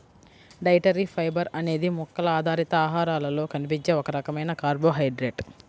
dietary fibre అనేది మొక్కల ఆధారిత ఆహారాలలో కనిపించే ఒక రకమైన కార్బోహైడ్రేట్